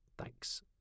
thanks